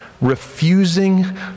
refusing